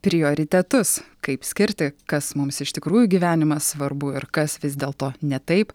prioritetus kaip skirti kas mums iš tikrųjų gyvenimą svarbu ir kas vis dėlto ne taip